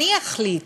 אני אחליט